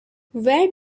where